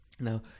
Now